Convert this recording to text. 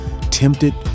tempted